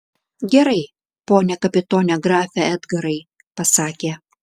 gerai pone kapitone grafe edgarai pasakė